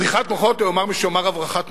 בריחת מוחות, או יאמר מי שיאמר "הברחת מוחות".